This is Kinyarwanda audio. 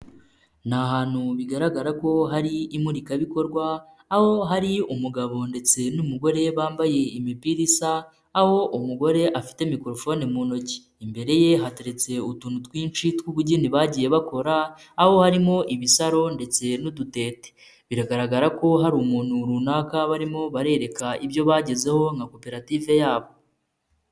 Ni ahantu bigaragara ko hari imurikabikorwa aho hari umugabo ndetse n'umugore we bambaye imipira isa aho umugore afite mikorofoni mu ntoki, imbere ye hateretse utuntu twinshi tw'ubugeni bagiye bakora aho harimo ibisaro ndetse n'udutete, biragaragara ko hari umuntu runaka barimo barereka ibyo bagezeho nka koperative yabo.